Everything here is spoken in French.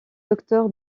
docteur